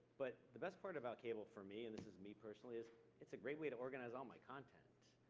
but the best part about cable for me, and this is me personally, is it's a great way to organize all my content.